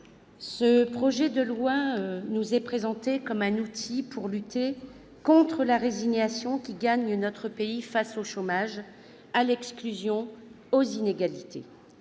ce projet de loi nous est présenté comme un outil de lutte contre la résignation qui gagne notre pays face au chômage, à l'exclusion et aux inégalités.